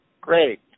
Great